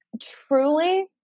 truly